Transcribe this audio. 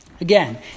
again